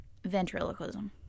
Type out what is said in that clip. Ventriloquism